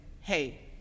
hey